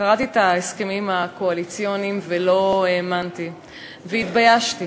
קראתי את ההסכמים הקואליציוניים ולא האמנתי והתביישתי.